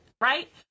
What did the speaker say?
right